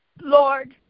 Lord